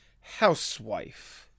housewife